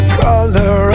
color